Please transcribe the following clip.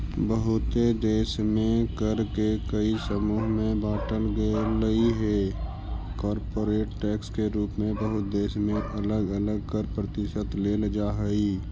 बहुते देश में कर के कई समूह में बांटल गेलइ हे कॉरपोरेट टैक्स के रूप में बहुत देश में अलग अलग कर प्रतिशत लेल जा हई